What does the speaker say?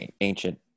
ancient